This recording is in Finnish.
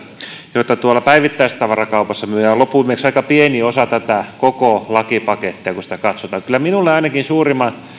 jota tuolla päivittäistavarakaupassa myydään on loppuviimeksi aika pieni osa tätä koko lakipakettia kun sitä katsotaan kyllä minulle ainakin